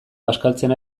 bazkaltzen